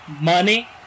money